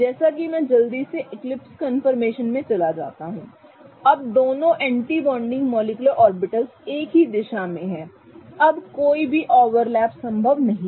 जैसा कि मैं जल्दी से एक्लिप्स कंफर्मेशन में चला जाता हूं अब दोनों एंटी बॉन्डिंग मॉलिक्युलर ऑर्बिटल्स एक ही दिशा में हैं अब कोई भी ओवरलैप संभव नहीं है